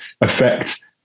affect